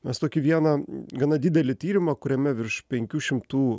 mes tokį vieną gana didelį tyrimą kuriame virš penkių šimtų